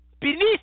beneath